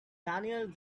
daniels